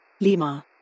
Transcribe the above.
Lima